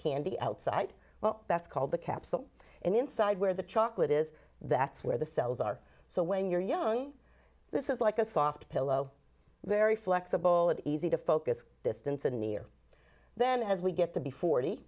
be outside well that's called the capsule and inside where the chocolate is that's where the cells are so when you're young this is like a soft pillow very flexible and easy to focus distance and near then as we get to be